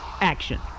action